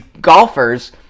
golfers